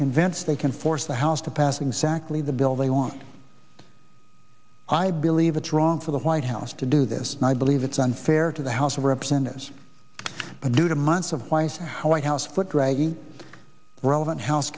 convince they can force the house to pass exactly the bill they want i believe it's wrong for the white house to do this now i believe it's unfair to the house of representatives but due to months of life how a house foot dragging relevant house